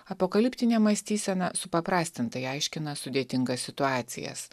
apokaliptinė mąstysena supaprastintai aiškina sudėtingas situacijas